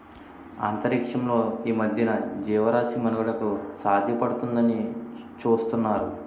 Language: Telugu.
అంతరిక్షంలో ఈ మధ్యన జీవరాశి మనుగడకు సాధ్యపడుతుందాని చూతున్నారు